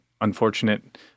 unfortunate